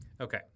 Okay